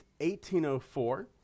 1804